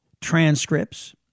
transcripts